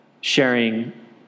sharing